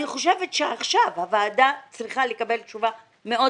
אני חושבת שעכשיו הוועדה צריכה לקבל תשובה מאוד